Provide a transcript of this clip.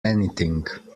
anything